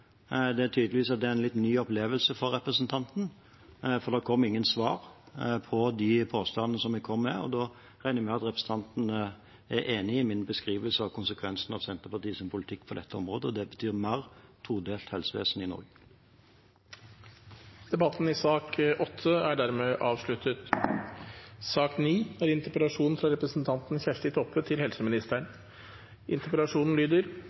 Det er tydeligvis en litt ny opplevelse for representanten, for det kom ingen svar på de påstandene som jeg kom med. Da regner jeg med at representanten er enig i min beskrivelse av konsekvensene av Senterpartiets politikk på dette området, og at det betyr et mer todelt helsevesen i Norge. Debatten i sak nr. 8 er dermed avsluttet. God habilitering og rehabilitering for funksjonshemma, kronisk sjuke eller etter skade er ei investering i den enkelte si moglegheit til